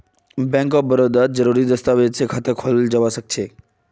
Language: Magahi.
बैंक ऑफ बड़ौदात जरुरी दस्तावेज स खाता खोलाल जबा सखछेक